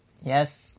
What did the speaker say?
Yes